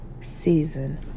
season